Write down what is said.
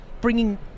bringing